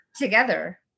together